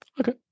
Okay